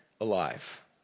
alive